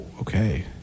okay